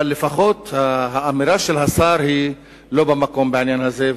אבל לפחות האמירה של השר היא לא במקום בעניין הזה.